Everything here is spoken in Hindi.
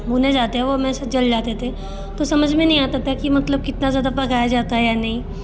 भुने जाते हैं वो मेरे से जल जाते थे तो समझ मे नहीं आता था कि मतलब कितना ज़्यादा पकाया जाता है या नहीं